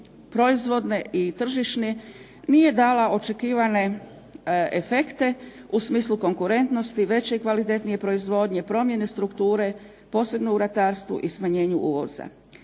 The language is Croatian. proizvodne i tržišne nije dala očekivane efekte u smislu konkurentnosti, veće i kvalitetnije proizvodnje, promjene strukture, posebno u ratarstvu i smanjenju uvoza.